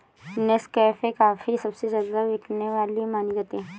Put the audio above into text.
Nescafe coffee सबसे ज्यादा बिकने वाली मानी जाती है